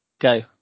Go